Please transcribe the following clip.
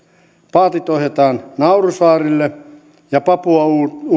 paatit ohjataan naurun saarelle ja papua